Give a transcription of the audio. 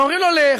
ואומרים לו: לך,